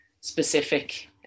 specific